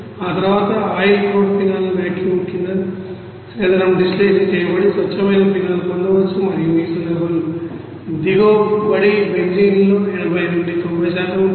ఆ తర్వాత oil crude phenol vacuum కింద స్వేదనం చేయబడి స్వచ్ఛమైన ఫినాల్ పొందవచ్చుమరియు ఈ సందర్భంలో దిగుబడి బెంజీన్లో 80 నుండి 90 ఉంటుంది